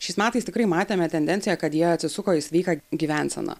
šiais metais tikrai matėme tendenciją kad jie atsisuko į sveiką gyvenseną